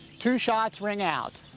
two shots ring out.